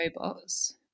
robots